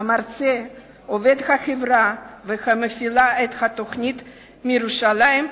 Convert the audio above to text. המרצה, עובד החברה המפעילה את התוכנית מירושלים,